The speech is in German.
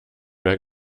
mehr